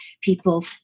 people